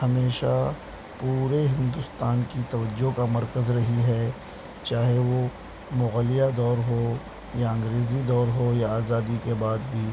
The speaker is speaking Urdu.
ہمیشہ پورے ہندوستان کی توجہ کا مرکز رہی ہے چاہے وہ مغلیہ دور ہو یا انگریزی دور ہو یا آزادی کے بعد بھی